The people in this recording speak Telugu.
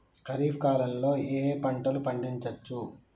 ఖరీఫ్ కాలంలో ఏ ఏ పంటలు పండించచ్చు?